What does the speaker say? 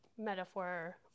metaphor